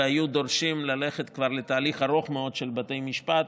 והיו כבר דורשים ללכת לתהליך ארוך מאוד של בתי משפט,